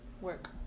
work